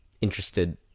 interested